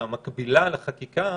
המקבילה לחקיקה